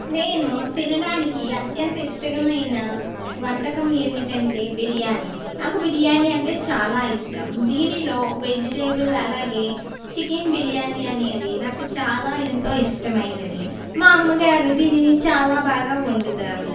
నేను తినడానికి అత్యంత ఇష్టమైన వంటకం ఏమిటంటే బిర్యానీ నాకు బిర్యానీ అంటే చాలా ఇష్టం దీనిలో వెజిటేబుల్ అలాగే చికెన్ బిర్యానీ అనేది నాకు చాలా ఎంతో ఇష్టమైనది మా అమ్మగారు దీనిని చాలా బాగా వండుతారు